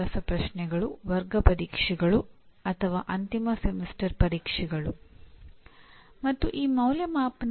ಆದ್ದರಿಂದ ಮಾಡುವುದರ ಮೇಲೆ ಅಥವಾ ನಿರ್ವಹಣೆಯತ್ತ ಇದರ ಗಮನ